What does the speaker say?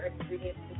ingredients